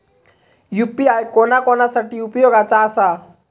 UPI कोणा कोणा साठी उपयोगाचा आसा?